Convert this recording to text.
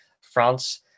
France